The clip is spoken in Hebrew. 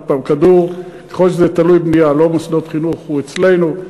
ככל שזה תלוי-בנייה, לא מוסדות חינוך, הוא אצלנו.